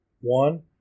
One